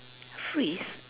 freeze